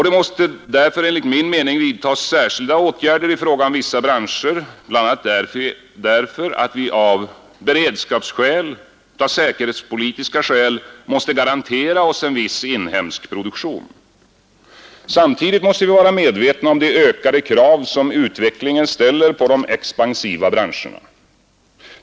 Det måste enligt min uppfattning vidtas särskilda åtgärder i fråga om vissa branscher, bl.a. därför att vi av beredskapsskäl, av säkerhetspolitiska skäl, måste garantera oss en viss inhemsk produktion. Samtidigt måste vi vara medvetna om de ökade krav som utvecklingen ställer på de expansiva branscherna.